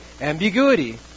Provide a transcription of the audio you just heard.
Ambiguity